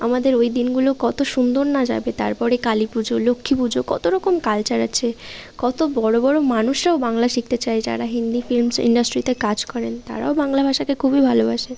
আমাদের ওই দিনগুলো কত সুন্দর না যাবে তার পরে কালী পুজো লক্ষ্মী পুজো কত রকম কালচার আছে কত বড় বড় মানুষরাও বাংলা শিখতে চায় যারা হিন্দি ফিল্ম ইন্ডাস্ট্রিতে কাজ করেন তারাও বাংলা ভাষাকে খুবই ভালোবাসে